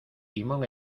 timón